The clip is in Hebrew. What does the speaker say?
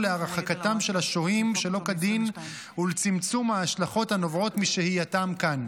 להרחקתם של השוהים שלא כדין ולצמצום ההשלכות הנובעות משהייתם כאן.